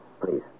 Please